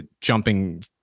jumping